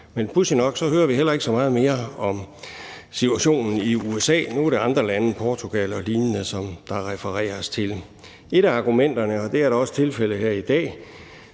Men pudsigt nok hører vi heller ikke så meget mere om situationen i USA. Nu er det andre lande – Portugal og lignende – som der refereres til. Et af argumenterne, og det er da også tilfældet her i dag,